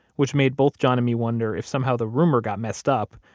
which made both john and me wonder if somehow the rumor got messed up,